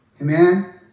amen